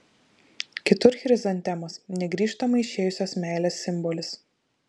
kitur chrizantemos negrįžtamai išėjusios meilės simbolis